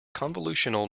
convolutional